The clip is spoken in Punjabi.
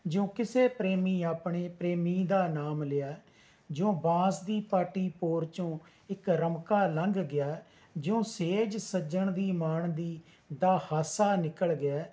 ਜਿਉਂ ਕਿਸੇ ਪ੍ਰੇਮੀ ਆਪਣੇ ਪ੍ਰੇਮੀ ਦਾ ਨਾਮ ਲਿਆ ਕਿਉਂ ਬਾਂਸ ਦੀ ਪਾਟੀ ਭੋਰ 'ਚੌਂ ਇੱਕ ਰੁਮਕਾ ਲਾਂਘ ਗਿਆ ਜਿਉਂ ਸੇਜ ਸੱਜਣ ਦੀ ਮਾਣਦੀ ਦਾ ਹਾਸਾ ਨਿਕਲ ਗਿਆ